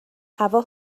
هوا